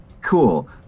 Cool